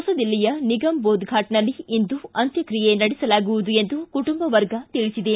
ಹೊಸದಿಲ್ಲಿಯ ನಿಗಮಬೋದ್ ಫಾಟ್ನಲ್ಲಿ ಇಂದು ಅಂತ್ಯಕ್ತಿಯೆ ನಡೆಸಲಾಗುವುದು ಎಂದು ಕುಟುಂಬ ವರ್ಗ ತಿಳಿಸಿದೆ